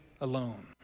alone